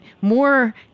more